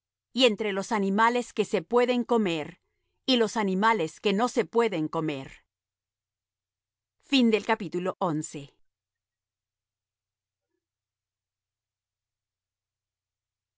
y entre los animales que se pueden comer y los animales que no se pueden comer y